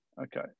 Okay